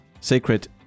sacred